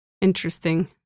Interesting